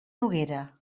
noguera